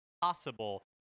possible